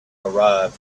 arrived